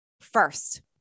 first